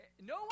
No